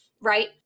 right